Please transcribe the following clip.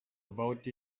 about